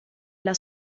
alla